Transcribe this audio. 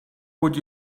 would